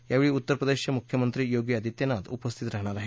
यावेळी उत्तरप्रदेशचे मुख्यमंत्री योगी आदित्यनाथ उपस्थित राहणार आहेत